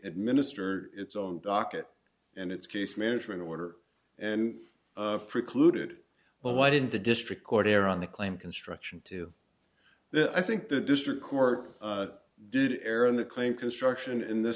administered its own docket and its case management order and precluded well why didn't the district court err on the claim construction to the i think the district court did err on the claim construction in the